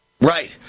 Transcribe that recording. Right